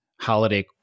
holiday